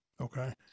Okay